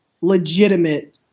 legitimate